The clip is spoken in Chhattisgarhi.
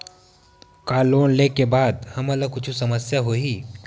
का लोन ले के बाद हमन ला कुछु समस्या होही?